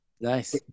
nice